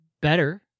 better